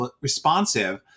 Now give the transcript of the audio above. responsive